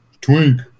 Twink